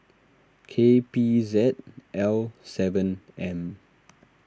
K P Z L seven M